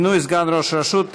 מינוי סגן ראש רשות),